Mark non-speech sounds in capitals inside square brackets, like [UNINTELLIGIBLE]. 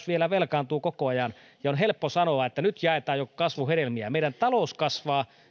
[UNINTELLIGIBLE] vielä velkaantuu koko ajan ja on helppo sanoa että nyt jaetaan jo kasvun hedelmiä meidän taloutemme kasvaa